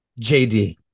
JD